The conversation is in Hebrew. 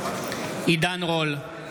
עידן רול,